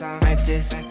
breakfast